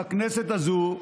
בכנסת הזו,